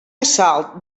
assalt